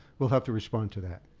we'll have to respond to that.